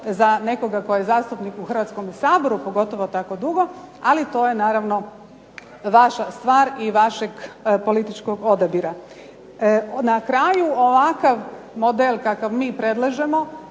za nekoga tko je zastupnik u Hrvatskom saboru pogotovo tako dugo, ali to je naravno vaša stvar i vašeg političkog odabira. Na kraju ovakav model kakav mi predlažemo